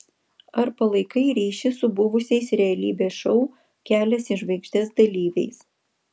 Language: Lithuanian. ar palaikai ryšį su buvusiais realybės šou kelias į žvaigždes dalyviais